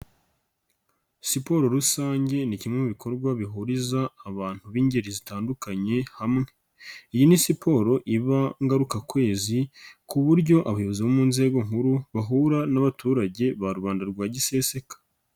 Siporo rusange ni kimwe mu bikorwa bihuriza abantu b'ingeri zitandukanye, hamwe. Iyi ni siporo iba ngarukakwezi ku buryo abayobozi bo mu nzego nkuru bahura n'abaturage ba rubanda rwa giseseka.